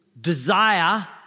desire